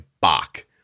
Bach